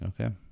Okay